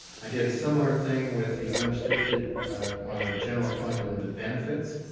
i get a similar thing with the unrestricted, on a general fund and the benefits.